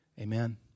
Amen